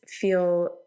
feel